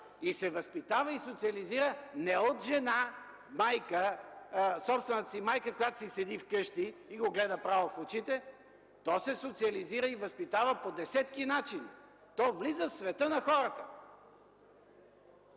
И се възпитава, и се социализира не от жена – собствената му майка, която си седи вкъщи и го гледа право в очите. То се социализира и възпитава по десетки начини. То влиза в света на хората.